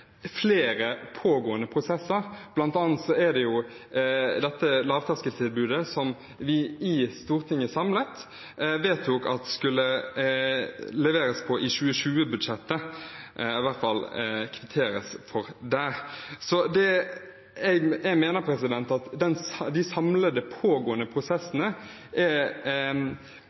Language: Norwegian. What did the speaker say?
flere pågående prosesser. Blant annet er det dette lavterskeltilbudet som vi i Stortinget samlet vedtok at skulle leveres på i 2020-budsjettet, i hvert fall kvitteres for der. Jeg mener at de samlede pågående prosessene er